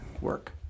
work